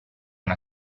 una